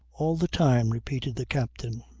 all the time, repeated the captain.